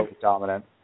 dominant